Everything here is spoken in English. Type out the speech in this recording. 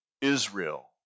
Israel